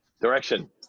Direction